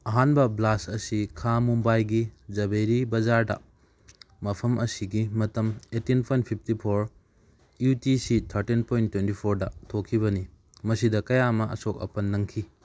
ꯑꯍꯥꯟꯕ ꯕ꯭ꯂꯥꯁ ꯑꯁꯤ ꯈꯥ ꯃꯨꯝꯕꯥꯏꯒꯤ ꯖꯕꯦꯔꯤ ꯕꯖꯥꯔꯗ ꯃꯐꯝ ꯑꯁꯤꯒꯤ ꯃꯇꯝ eighteen point fifty four U T C thirteen point twenty ꯐꯣꯔꯗ ꯊꯣꯛꯈꯤꯕꯅꯤ ꯃꯁꯤꯗ ꯀꯌꯥ ꯑꯃ ꯑꯁꯣꯛ ꯑꯄꯟ ꯅꯪꯈꯤ